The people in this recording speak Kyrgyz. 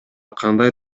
кандай